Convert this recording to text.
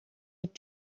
had